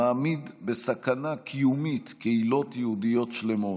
המעמיד בסכנה קיומית קהילות יהודיות שלמות.